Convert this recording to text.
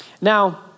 Now